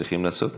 צריכים לעשות?